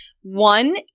One